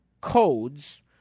codes